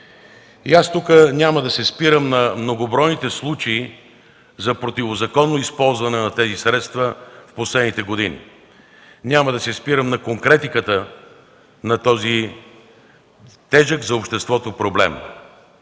И аз тук няма да се спирам на многобройните случаи за противозаконно използване на тези средства в последните години. Няма да се спирам на конкретиката на този тежък за обществото проблем,